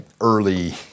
early